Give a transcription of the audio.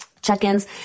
check-ins